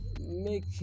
make